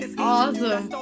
Awesome